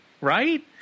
right